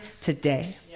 today